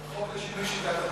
החוק לשינוי שיטת הממשל.